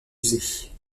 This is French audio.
usées